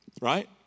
right